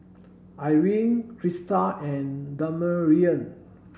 Irene Christa and Damarion